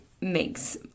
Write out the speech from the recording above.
makes